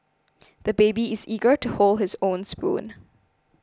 the baby is eager to hold his own spoon